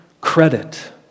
credit